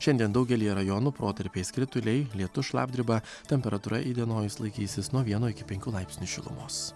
šiandien daugelyje rajonų protarpiais krituliai lietus šlapdriba temperatūra įdienojus laikysis nuo vieno iki penkių laipsnių šilumos